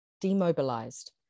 demobilized